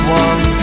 one